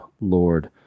Lord